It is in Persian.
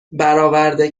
برآورده